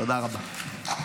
תודה רבה.